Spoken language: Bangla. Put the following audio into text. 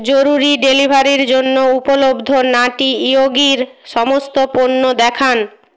জরুরি ডেলিভারির জন্য উপলব্ধ নাটি ইয়োগির সমস্ত পণ্য দেখান